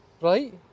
Right